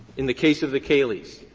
in the case of the kaleys,